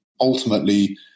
ultimately